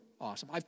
awesome